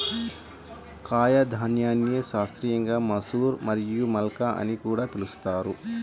కాయధాన్యాన్ని శాస్త్రీయంగా మసూర్ మరియు మల్కా అని కూడా పిలుస్తారు